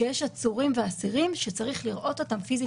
שיש עצורים ואסירים שצריך לראות אותם פיזית